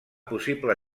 possible